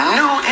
new